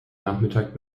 nachmittag